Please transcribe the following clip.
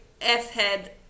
F-head